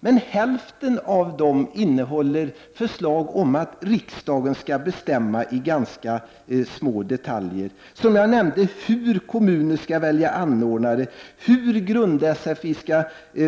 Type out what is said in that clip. Men hälften av reservationerna innehåller förslag om att riksdagen skall besluta i ganska små detaljer, såsom t.ex.: hur kommuner skall välja anordnare, hur grundsfi skall